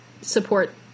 support